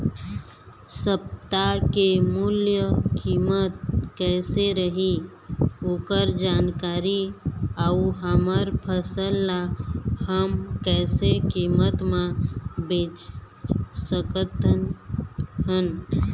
सप्ता के मूल्य कीमत कैसे रही ओकर जानकारी अऊ हमर फसल ला हम कैसे कीमत मा बेच सकत हन?